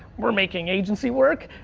we're making agency work,